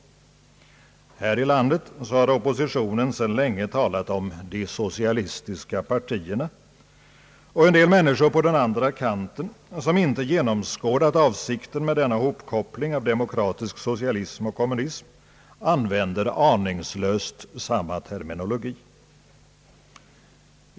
Här i landet har oppositionen sedan länge talat om »de socialistiska partierna» och en del människor på den andra kanten, som inte genomskådat avsikten med denna hopkoppling av demokratisk socialism och kommunism, använder aningslöst samma terminologi.